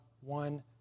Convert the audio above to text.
one